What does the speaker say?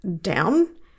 down